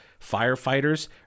firefighters